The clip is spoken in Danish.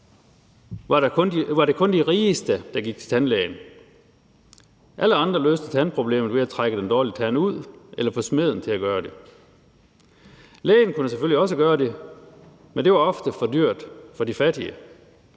var det kun de rigeste, der gik til tandlægen. Alle andre løste et tandproblem ved at trække den dårlige tand ud eller få smeden til at gøre det. Lægen kunne selvfølgelig også gøre det, men det var ofte for dyrt for de fattige.